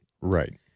Right